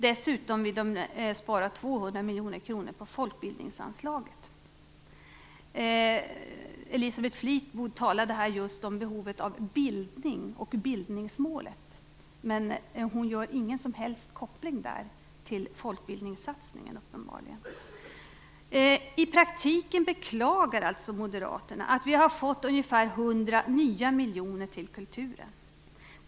Dessutom vill de spara 200 Fleetwood talade just om behovet av bildning och bildningsmålet, men hon gör uppenbarligen ingen som helst koppling till folkbildningssatsningen. I praktiken beklagar alltså Moderaterna att vi har fått ungefär 100 nya miljoner till kulturen.